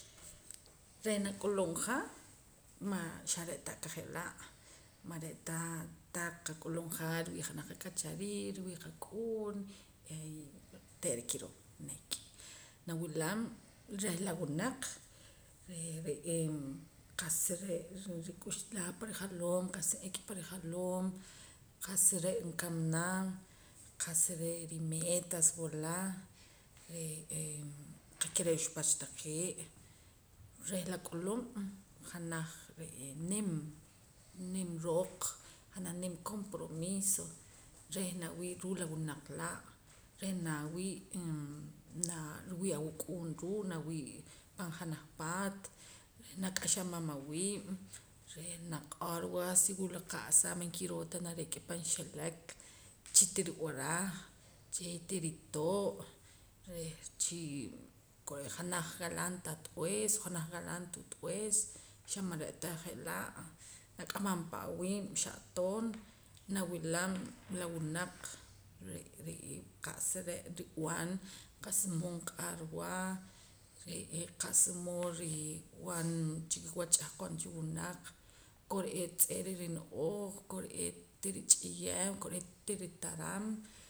Reh nak'ulub' ja ma xare'ta ka je'laa man re'ta taq qak'ulub'ja riwii' janaj qak'achariik riwii' qak'uun onteera kiroo nek' nawilam reh la winaq reh re'ee qa'sa re' rik'uxlaa pan rijaloom qa'sa nik'a pan rijaloom qa'sa re' nkamana qa'sa re' rimetas wula re'ee qa'keh re' ruxpach taqee' reh la k'ulub' janaj re'ee nim nim rooq janaj nim compromiso reh nawii' ruu' la winaq laa' reh nawii' aa riwii' awuk'uun ruu' nawii' pan junaj paat reh nak'axamam awiib' reh na'qorwa si wula qa'sa man kiroo ta narik'a pan xelek chi tirib'araj chi tiritoo' reh chi ko'reet janaj walaan tab'ees o janaj walaam tutb'ees xa man re'ta je'laa' nak'amam pa awiib' xa'toon nawilam la wunaq re'ee qa'sa re' rib'an qa'sa mood nq'arwa re'ee qa'sa mood rib'an chikiwach ch'ahqon cha wunaq kore'eet tz'eera rino'ooj kore'eet ti rich'iyem kore'eet tiritaram